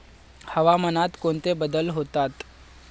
हवामानात कोणते बदल होतात?